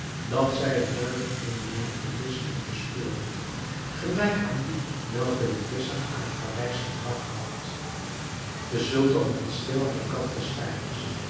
dat zij er duidelijk eene menigte visschen in bespeurden gelijk aan die welke de visscher aan het paleis gebragt had de sultan hield stil aan den kant des vijvers